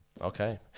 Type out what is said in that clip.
Okay